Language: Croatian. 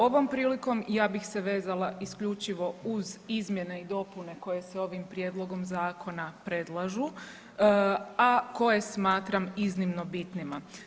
Ovom prilikom ja bih se vezala isključivo uz izmjene i dopune koje se ovim prijedlogom zakona predlažu, a koje smatram iznimno bitnima.